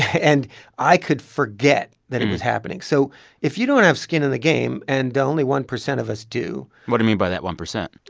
and i could forget that it was happening. so if you don't have skin in the game and only one percent of us do. what do mean by that one percent?